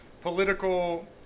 political